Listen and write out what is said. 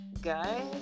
guys